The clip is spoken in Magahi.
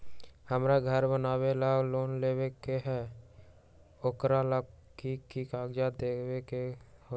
हमरा घर बनाबे ला लोन लेबे के है, ओकरा ला कि कि काग़ज देबे के होयत?